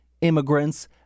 immigrants